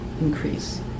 increase